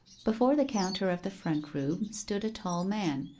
before the counter of the front room stood a tall man,